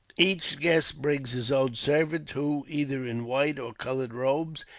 each guest brings his own servant, who, either in white or coloured robes,